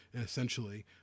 essentially